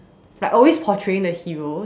like always portraying the heroes